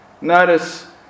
Notice